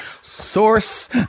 Source